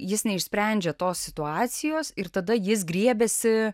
jis neišsprendžia tos situacijos ir tada jis griebiasi